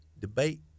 debate